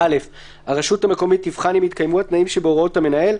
(א) הרשות המקומית תבחן אם התקיימו התנאים שבהוראות המנהל,